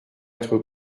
être